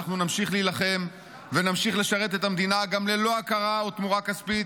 אנחנו נמשיך להילחם ונמשיך לשרת את המדינה גם ללא הכרה או תמורה כספית,